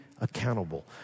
accountable